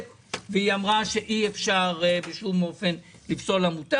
ואמרה שאי-אפשר בשום אופן לפסול עמותה.